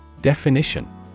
Definition